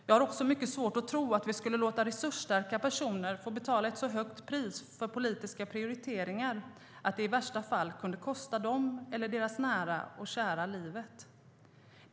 Jag har också mycket svårt att tro att vi skulle låta resursstarka personer betala ett så högt pris för politiska prioriteringar att det i värsta fall kunde kosta dem eller deras nära och kära livet.